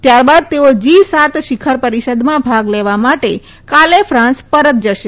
તયારબાદ તેઓ જી સાત શિખર પરિષદમાં ભાગ લેવા માટે કાલે ફ્રાંસ પરત જશે